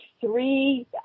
three